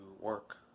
work